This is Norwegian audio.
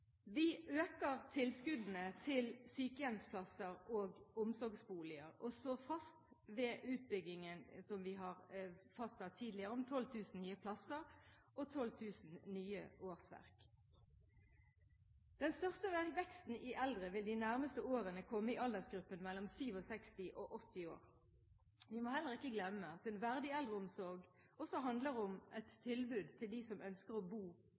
Vi øker tilskuddene til sykehjemsplasser og omsorgsboliger, og står fast ved utbyggingen av 12 000 nye plasser, og 12 000 nye årsverk, som vi har fastsatt tidligere. Den største veksten i antall eldre vil de nærmeste årene komme i aldersgruppen mellom 67 og 80 år. Vi må heller ikke glemme at en verdig eldreomsorg også handler om et tilbud til dem som ønsker å bo,